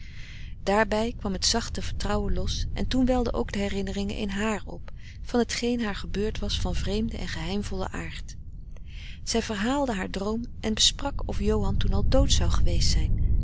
daarbij kwam het zachte vertrouwen los en toen welden ook de herinneringen in haar op van hetgeen haar gebeurd was van vreemden en geheimvollen aard zij verhaalde haar droom en besprak of johan toen al dood zou geweest zijn